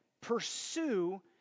pursue